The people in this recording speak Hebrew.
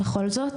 בכל זאת,